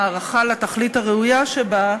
הערכה לתכלית הראויה שבה,